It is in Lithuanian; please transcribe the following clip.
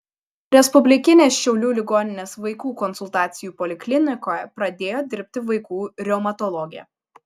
respublikinės šiaulių ligoninės vaikų konsultacijų poliklinikoje pradėjo dirbti vaikų reumatologė